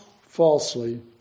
falsely